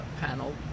panel